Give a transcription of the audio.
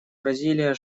бразилия